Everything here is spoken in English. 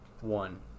one